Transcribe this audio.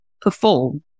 perform